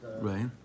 Right